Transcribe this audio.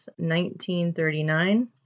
1939